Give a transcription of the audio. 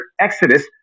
exodus